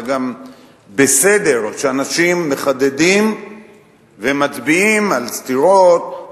זה גם בסדר שאנשים מחדדים ומצביעים על סתירות,